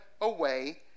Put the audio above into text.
away